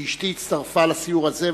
שאשתי הצטרפה לסיור הזה,